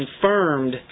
confirmed